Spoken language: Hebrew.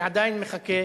אני עדיין מחכה